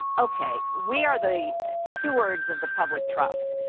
okay, we are the stewards of the public trust.